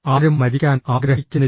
ആരും മരിക്കാൻ ആഗ്രഹിക്കുന്നില്ല